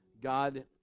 god